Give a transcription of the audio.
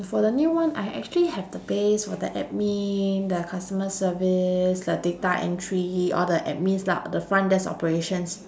for the new one I actually have the base for the admin the customer service the data entry all the admins lah the front desk operations